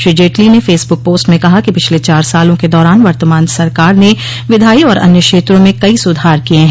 श्री जेटली ने Facebook post में कहा कि पिछले चार सालों के दौरान वर्तमान सरकार ने विधायी और अन्य क्षेत्रों में कई सुधार किये हैं